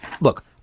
Look